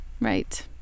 Right